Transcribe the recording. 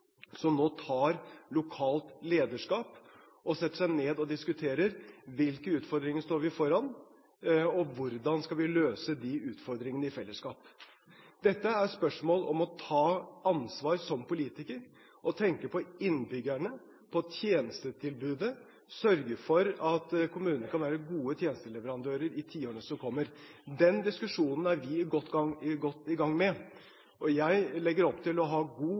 som nå tar lokalt lederskap og setter seg ned og diskuterer hvilke utfordringer vi står foran, og hvordan vi skal løse de utfordringene i fellesskap. Dette er spørsmål om å ta ansvar som politiker og tenke på innbyggerne, på tjenestetilbudet og sørge for at kommunene kan være gode tjenesteleverandører i tiårene som kommer. Den diskusjonen er vi godt i gang med, og jeg legger opp til å ha en god